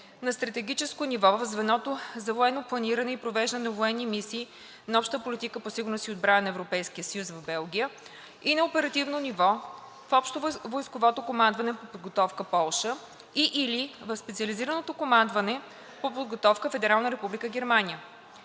на стратегическо ниво в Звеното за военно планиране и провеждане на военни мисии на Общата политика по сигурност и отбрана на Европейския съюз в Белгия и на оперативно ниво в Общовойсковото командване по подготовката – Полша, и/или в Специализираното командване по подготовката – Федерална република Германия.